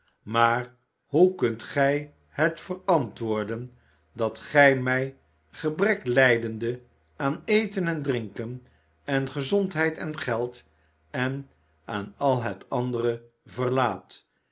maar hoe kunt gif het verantwoorden dat gij mij gebrek lijdende aan eten en drinken en gezondheid en geld en aan al het andere